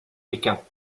pékin